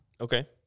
Okay